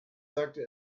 sagte